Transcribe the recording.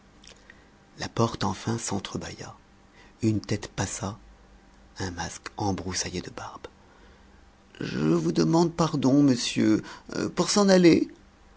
la porte enfin s'entrebâilla une tête passa un masque embroussaillé de barbe je vous demande pardon monsieur pour s'en aller